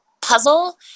puzzle